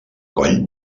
coll